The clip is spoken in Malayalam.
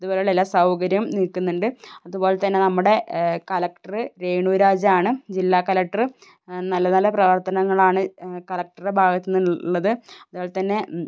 അതുപോലെയുള്ള എല്ലാ സൗകര്യം നിൽക്കുന്നുണ്ട് അതുപോലെത്തന്നെ നമ്മുടെ കളക്ടറ് രേണുരാജ് ആണ് ജില്ല കളക്ടർ നല്ല നല്ല പ്രവർത്തനങ്ങളാണ് കളക്ടറുടെ ഭാഗത്ത് നിന്നുള്ളത് അതേപോലെത്തന്നെ